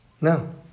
No